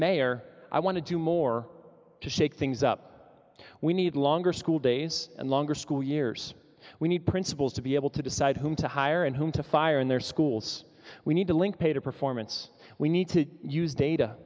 mayor i want to do more to shake things up we need longer school days and longer school years we need principals to be able to decide whom to hire and whom to fire in their schools we need to link pay to performance we need to use data